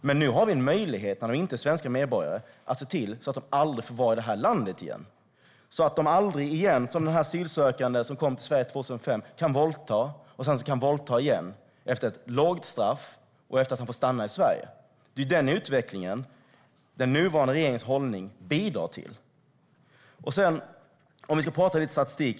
Men nu har vi en möjlighet när det inte är fråga om svenska medborgare att se till att de aldrig mer får vara i det här landet och så att de aldrig igen kan, som den asylsökande som kom till Sverige 2005, våldta och våldta igen efter ett lågt straff och eftersom de har fått stanna i Sverige. Det är den utvecklingen som den nuvarande regeringens hållning bidrar till. Jag ska nämna lite statistik.